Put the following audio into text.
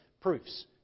proofs